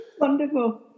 Wonderful